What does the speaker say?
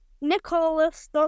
Nicholas